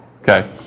Okay